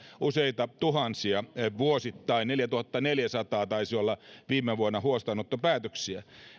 useita tuhansia vuosittain neljätuhattaneljäsataa taisi olla viime vuonna huostaanottopäätöksiä